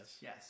Yes